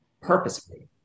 purposefully